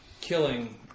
killing